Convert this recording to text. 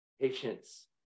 patience